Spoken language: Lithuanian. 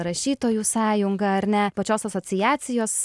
rašytojų sąjunga ar ne pačios asociacijos